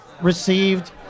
received